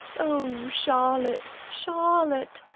oh charlotte! charlotte!